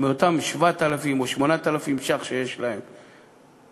מאותם 7,000 או 8,000 ש"ח שיש להם בחודש,